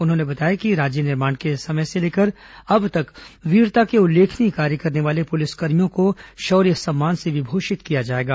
उन्होंने बताया कि राज्य निर्माण के समय से लेकर अब तक वीरता के उल्लेखनीय कार्य करने वाले पुलिस कर्मियों को शौर्य सम्मान से विभूषित किया जाएगा